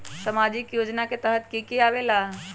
समाजिक योजना के तहद कि की आवे ला?